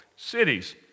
Cities